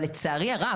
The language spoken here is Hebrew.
אבל לצערי הרב,